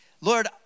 Lord